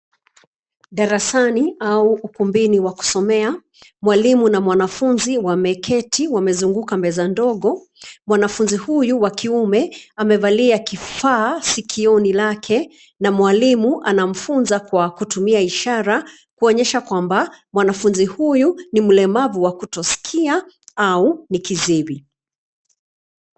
Darasani au ukumbini wa kusomea, mwalimu na mwanafunzi wameketi wamezunguka meza ndogo. Mwanafunzi huyu wa kiume amevalia kifaa sikioni lake na mwalimu anamfunza kwa kutumia ishara kuonyesha kwamba mwanafunzi huyu ni mlemavu wa kutosikia au ni kiziwi.